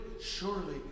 surely